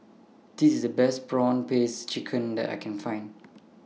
This IS The Best Prawn Paste Chicken that I Can Find